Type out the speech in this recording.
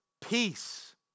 peace